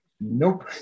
nope